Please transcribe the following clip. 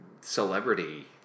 celebrity